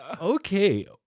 okay